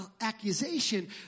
accusation